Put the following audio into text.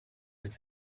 als